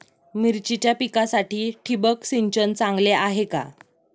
मिरचीच्या पिकासाठी ठिबक सिंचन चांगले आहे का?